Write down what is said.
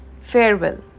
Farewell